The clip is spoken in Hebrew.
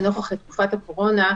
לנוכח תקופת הקורונה.